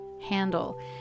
handle